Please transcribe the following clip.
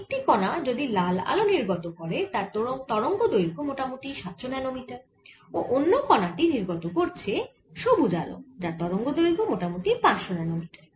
একটি কণা যদি লাল আলো নির্গত করে যার তরঙ্গদৈর্ঘ্য মোটামুটি 700 ন্যানোমিটার ও অন্য কণা টি নির্গত করছে সবুজ আলো যার তরঙ্গদৈর্ঘ্য মোটামুটি 500 ন্যানোমিটার